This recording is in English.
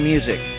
Music